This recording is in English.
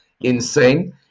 insane